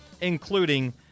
including